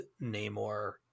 Namor